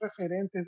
referentes